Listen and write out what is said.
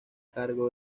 cargo